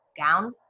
gown